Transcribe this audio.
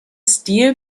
stil